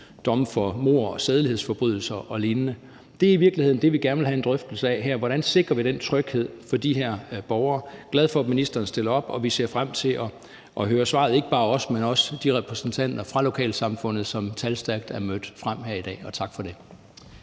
domme for mord og sædelighedsforbrydelser og lignende. Det er i virkeligheden det, vi gerne vil have en drøftelse af her, altså hvordan vi sikrer den tryghed for de her borgere. Jeg er glad for, at ministeren stiller op, og vi ser frem til at høre svaret, ikke bare os, men også de repræsentanter fra lokalsamfundet, som talstærkt er mødt frem her i dag – og tak for det.